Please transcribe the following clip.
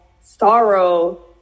sorrow